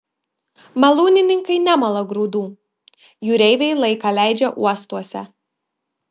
malūnininkai nemala grūdų jūreiviai laiką leidžia uostuose